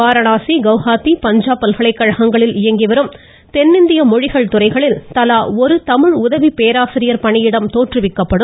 வாரணாசி கௌஹாட்டி பஞ்சாப் பல்கலைகழகங்களில் இயங்கி வரும் தென்னிந்திய மொழிகள் துறைகளில் தலா ஒரு தமிழ் உதவி பேராசிரியர் பணியிடம் தோற்றுவிக்கப்படும்